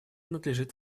надлежит